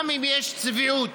גם אם יש צביעות